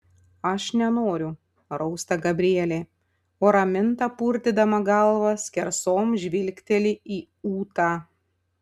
aš nenoriu rausta gabrielė o raminta purtydama galvą skersom žvilgteli į ūtą